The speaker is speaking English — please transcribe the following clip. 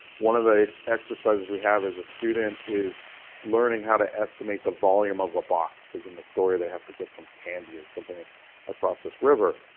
one of the exercises we have is a student is learning how to estimate the volume of a box because in the story they have to get some candy or something across this river.